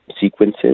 sequences